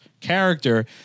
character